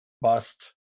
bust